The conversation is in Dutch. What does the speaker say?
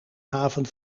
haven